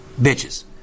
bitches